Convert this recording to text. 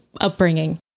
upbringing